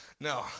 no